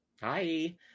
Hi